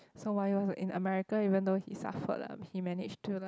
so while he was in America even though he suffered lah but he managed to like